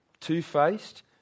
two-faced